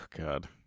God